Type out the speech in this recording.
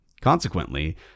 Consequently